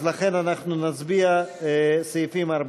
אז לכן אנחנו נצביע על סעיפים 14(1)